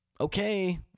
okay